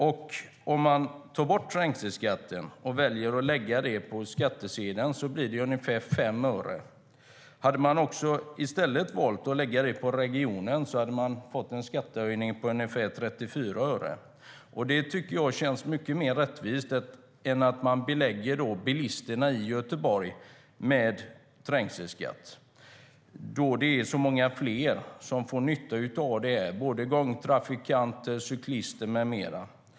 Om man tar bort trängselskatten och väljer att lägga detta på skattesidan blir det ungefär 5 öre. Hade man i stället valt att lägga detta på regionen hade man fått en skattehöjning på ungefär 34 öre. Det tycker jag känns mycket mer rättvist än att man belägger bilisterna i Göteborg med trängselskatt, eftersom det är så många fler som får nytta av detta - gångtrafikanter, cyklister med flera.